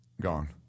Gone